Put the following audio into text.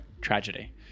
tragedy